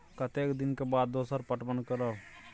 कतेक दिन के बाद दोसर पटवन करब?